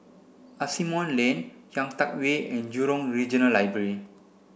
Asimont Lane Kian Teck Way and Jurong Regional Library